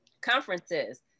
conferences